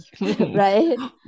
right